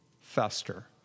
fester